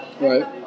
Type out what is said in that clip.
Right